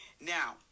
Now